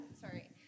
Sorry